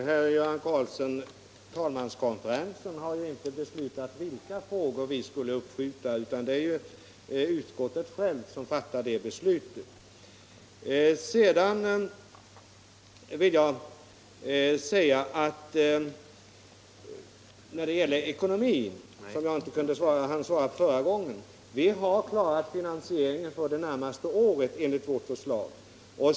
Herr talman! Talmanskonferensen har inte beslutat vilka frågor vi skall skjuta upp, utan det är utskotten själva som fattar de besluten. Sedan vill jag säga beträffande ekonomin, som jag inte hann beröra förra gången, att vi har klarat finansieringen för det närmaste året enligt vårt förslag.